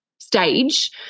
stage